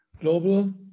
global